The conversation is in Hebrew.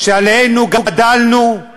שעליהם גדלנו.